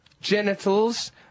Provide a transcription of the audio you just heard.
genitals